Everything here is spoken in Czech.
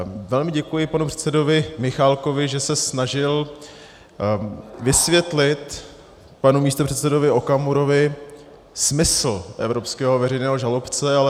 Velmi děkuji panu předsedovi Michálkovi, že se snažil vysvětlit panu místopředsedovi Okamurovi smysl evropského veřejného žalobce.